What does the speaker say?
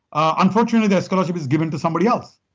ah unfortunately, the scholarship was given to somebody else.